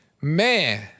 Man